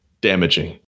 damaging